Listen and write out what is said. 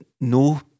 no